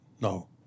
no